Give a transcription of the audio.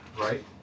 right